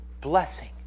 blessing